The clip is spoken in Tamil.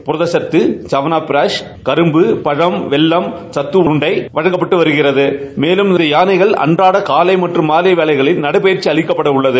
புரதக்கத்து சவனாபிரஷ் மருந்து கரும்பு பயூம் இவவவம் சத்து உருண்ட வழங்கப்பட்டு வருகிறது மேலும் இந்த யானைகளுக்கு அன்றாடம் காலை மற்றும் மாலை வேளைகளில் நடைபயிற்சி அளிக்கப்படுகிறது